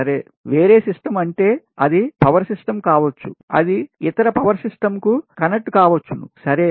సరే వేరే సిస్టం అంటే అది పవర్ సిస్టం కావచ్చు అది ఇతర పవర్ సిస్టంకు కనెక్ట్ కావచ్చును సరే